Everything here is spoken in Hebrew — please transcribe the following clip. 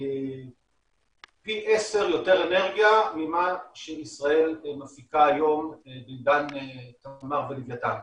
פי עשרה יותר אנרגיה ממה שישראל מפיקה היום בתמר ולווייתן.